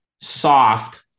soft